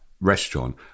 restaurant